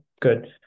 good